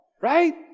right